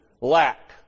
lack